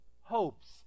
Hopes